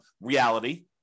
reality